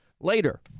later